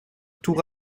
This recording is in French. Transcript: tout